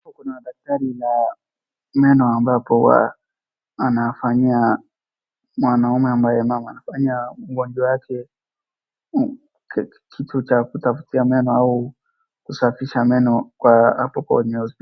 Hapa kuna daktari wa meno ambapo wanafanyia mwanaume ambaye meno ama ugonjwa yake, kitu cha kutafutia meno au kusafisha meno kwa hapo kwenye hospitali.